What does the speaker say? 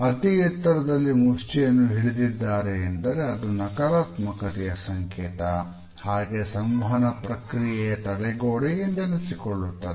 ಅತಿ ಎತ್ತರದಲ್ಲಿ ಮುಷ್ಟಿಯನ್ನು ಹಿಡಿದಿದ್ದಾರೆ ಎಂದರೆ ಅದು ನಕಾರಾತ್ಮಕತೆಯ ಸಂಕೇತ ಹಾಗೆಯೇ ಸಂವಹನ ಪ್ರಕ್ರಿಯೆಯ ತಡೆಗೋಡೆ ಎಂದೆನಿಸಿಕೊಳ್ಳುತ್ತದೆ